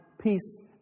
peace